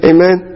Amen